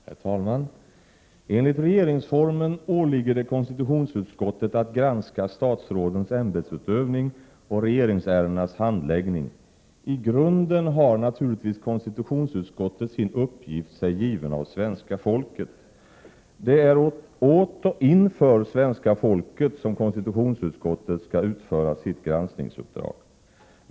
Herr talman! Enligt regeringsformen åligger det konstitutionsutskottet att granska statsrådens ämbetsutövning och regeringsärendenas handläggning. I grunden har KU sin uppgift sig given av svenska folket. Det är åt och inför svenska folket som KU skall utföra sitt granskningsuppdrag.